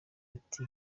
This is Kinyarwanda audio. ati